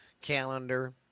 calendar